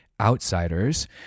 outsiders